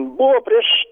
buvo prieš